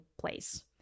place